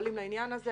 ופועלים בעניין הזה.